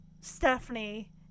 Stephanie